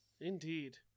Indeed